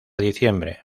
diciembre